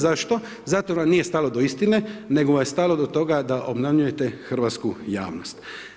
Zašto, zato jer vam nije stalo do istine nego vam je stalo do toga da obmanjujete hrvatsku javnost.